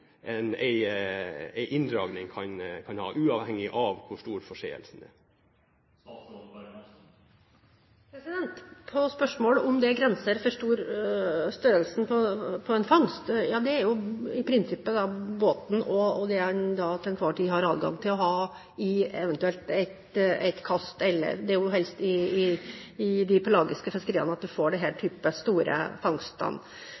en inndragning har uavhengig av hvor stor forseelsen er? På spørsmål om det er grenser for størrelsen på en fangst: Ja, det er i prinsippet båten og det den til enhver tid har adgang til å ha i eventuelt ett kast. Det er helst i de pelagiske fiskeriene at man får denne typen store fangster. Da er det